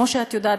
כמו שאת יודעת,